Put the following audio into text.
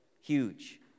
Huge